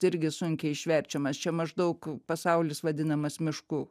irgi sunkiai išverčiamas čia maždaug pasaulis vadinamas mišku